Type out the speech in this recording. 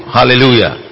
Hallelujah